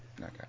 okay